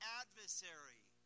adversary